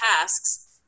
tasks